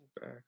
back